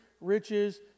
riches